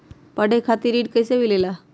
पढे खातीर ऋण कईसे मिले ला?